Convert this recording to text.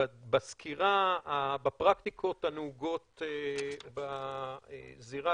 בנוסף בפרקטיקות הנהוגות בזירה